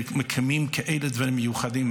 ומקיימים כאלה דברים מיוחדים.